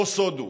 לא סוד הוא.